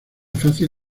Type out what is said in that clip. fácil